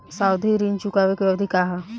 सावधि ऋण चुकावे के अवधि का ह?